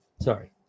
sorry